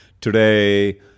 today